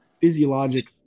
physiologic